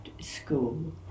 school